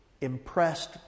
impressed